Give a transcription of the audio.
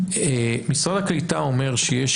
משרד הקליטה אומר שיש